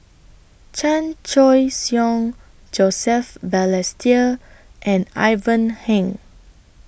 Chan Choy Siong Joseph Balestier and Ivan Heng